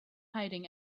hiding